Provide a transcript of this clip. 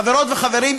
חברות וחברים,